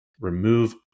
remove